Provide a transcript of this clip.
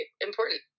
important